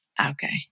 Okay